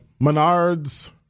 Menards